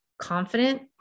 confident